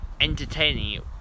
entertaining